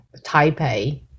taipei